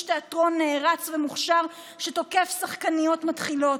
התאטרון נערץ ומוכשר שתוקף שחקניות מתחילות,